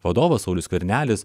vadovas saulius skvernelis